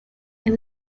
and